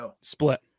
Split